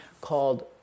called